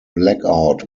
blackout